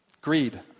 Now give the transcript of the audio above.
Greed